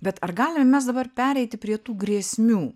bet ar galim mes dabar pereiti prie tų grėsmių